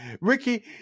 Ricky